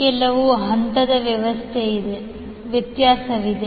ಕೆಲವು ಹಂತದ ವ್ಯತ್ಯಾಸವಿದೆ